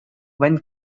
when